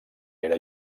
era